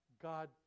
God